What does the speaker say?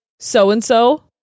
so-and-so